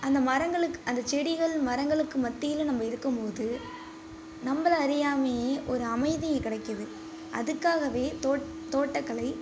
அந்த மரங்களுக்கு அந்த செடிகள் மரங்களுக்கு மத்தியில் நம்ம இருக்கும் போது நம்மளை அறியாமையே ஒரு அமைதி கிடைக்குது அதுக்காகவே தோ தோட்டக்கலை